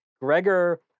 Gregor